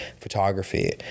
photography